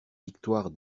victoire